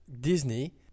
Disney